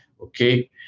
okay